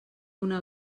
una